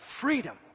freedom